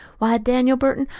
why, daniel burton,